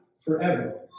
forever